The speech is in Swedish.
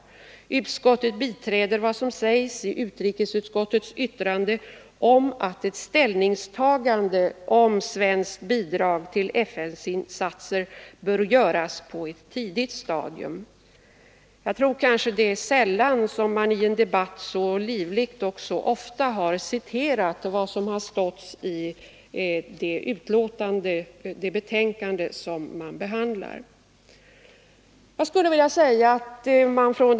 Finansutskottet biträder vad som sägs i utrikesutskottets yttrande om att ett ställningstagande om svenskt bidrag till FN-insatser bör göras på ett tidigt stadium. Jag tror att ett utskottsbetänkande sällan har citerats så livligt och så utförligt som fallet har varit i den här debatten.